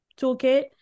toolkit